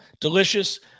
Delicious